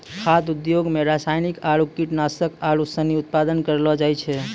खाद्य उद्योग मे रासायनिक आरु कीटनाशक आरू सनी उत्पादन करलो जाय छै